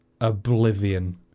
oblivion